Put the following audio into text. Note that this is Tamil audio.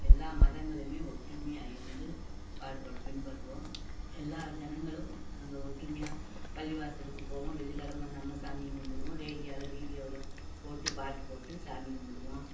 எல்லா மதங்களுமே ஒற்றுமையாக இருந்து பாடுபடு பின்படுவோம் எல்லா ஜனங்களும் அங்கே ஒற்றுமையாக பள்ளிவாசலுக்கு போவோம் வெள்ளிக்கெழம நம்ம சாமியும் கும்பிடுவோம் ரேடியாவில் வீடியோவில் போட்டு பாட்டு போட்டு சாமி கும்பிடுவோம்